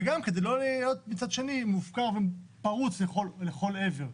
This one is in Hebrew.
וגם כדי להיות מצד שני מופקר ופרוץ לכל עבר.